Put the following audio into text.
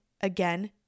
again